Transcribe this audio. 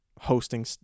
hosting